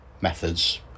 methods